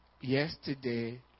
yesterday